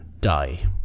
die